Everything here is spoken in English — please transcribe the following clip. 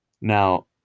now